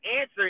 answer